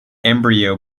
embryo